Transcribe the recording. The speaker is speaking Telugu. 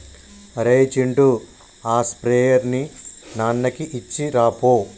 అరేయ్ చింటూ ఆ స్ప్రేయర్ ని నాన్నకి ఇచ్చిరాపో